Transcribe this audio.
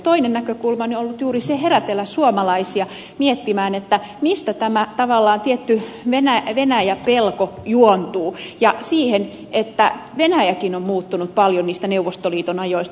toinen näkökulmani on ollut juuri herätellä suomalaisia miettimään sitä mistä tämä tietty venäjä pelko juontuu ja sitä että venäjäkin on muuttunut paljon niistä neuvostoliiton ajoista